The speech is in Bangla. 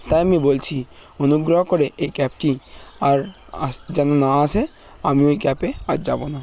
তাই আমি বলছি অনুগ্রহ করে এই ক্যাবটি আর যেন না আসে আমি ওই ক্যাবে আর যাব না